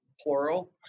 plural